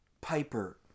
Piper